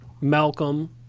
Malcolm